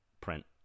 Print